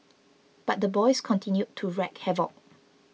but the boys continued to wreak havoc